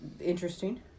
Interesting